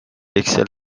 اکسل